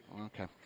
okay